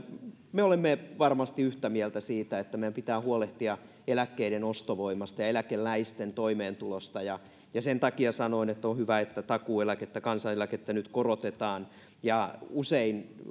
me olemme varmasti yhtä mieltä siitä että meidän pitää huolehtia eläkkeiden ostovoimasta ja eläkeläisten toimeentulosta sen takia sanoin että on hyvä että takuueläkettä ja kansaneläkettä nyt korotetaan usein